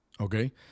okay